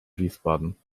wiesbaden